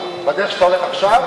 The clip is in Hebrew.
בדרך שאתה הולך עכשיו,